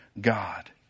God